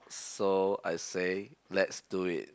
so I say let's do it